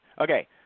okay